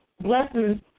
blessings